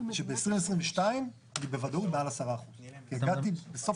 שב-2022 אני בוודאות מעל 10% כי הגעתי בסוף